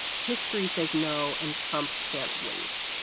history says no and trump can't wait.